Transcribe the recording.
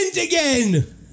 again